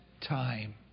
time